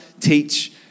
teach